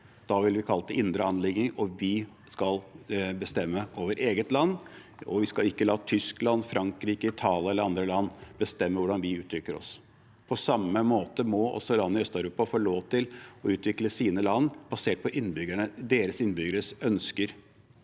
Da ville vi kalt det indre anliggender. Vi skal bestemme over eget land, og vi skal ikke la Tyskland, Frankrike, Italia eller andre land bestemme hvordan vi uttrykker oss. På samme måte må også land i Øst-Europa få lov til å utvikle sitt land basert på sine innbyggeres ønsker.